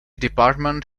department